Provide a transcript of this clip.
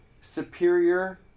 superior